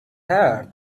heart